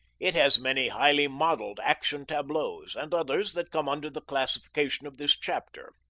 it has many highly modelled action-tableaus, and others that come under the classification of this chapter.